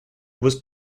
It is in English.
was